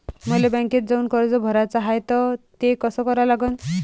मले बँकेत जाऊन कर्ज भराच हाय त ते कस करा लागन?